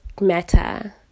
matter